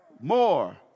more